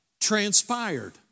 transpired